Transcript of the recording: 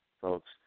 folks